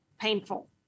painful